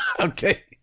okay